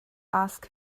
ask